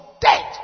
dead